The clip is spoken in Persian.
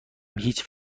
هیچ